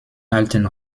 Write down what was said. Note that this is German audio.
alten